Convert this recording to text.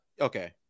okay